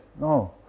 No